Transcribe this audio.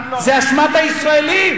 זה אשמת הישראלים.